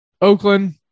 Oakland